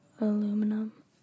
aluminum